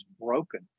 broken